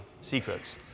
secrets